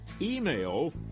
email